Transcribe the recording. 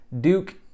Duke